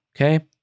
okay